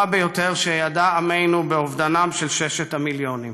ביותר שידע עמנו באובדנם של ששת המיליונים.